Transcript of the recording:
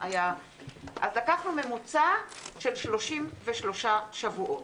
לקחנו ממוצע של 33 שבועות.